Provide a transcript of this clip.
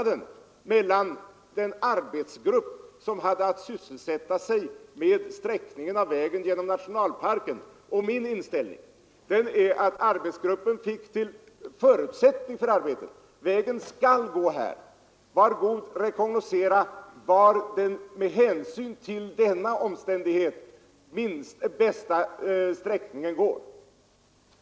Den arbetsgrupp som hade att sysselsätta sig med sträckningen av vägen genom nationalparken fick till förutsättning för arbetet att vägen skall gå här — var god rekognoscera var den med hänsyn till denna omständighet bästa sträckningen går!